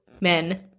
men